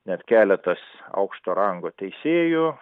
net keletas aukšto rango teisėjų